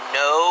no